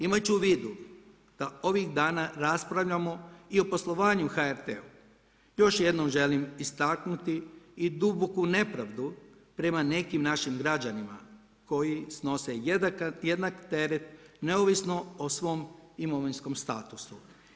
Imajući u vidu da ovih dana raspravljamo i o poslovanju HRT-a još jednom želim istaknuti i duboku nepravdu prema nekim našim građanima koji snose jednak teret neovisno o svom imovinskom statusu.